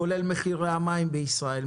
כולל מחירי המים בישראל,